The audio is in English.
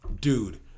Dude